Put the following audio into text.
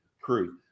crew